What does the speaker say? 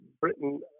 Britain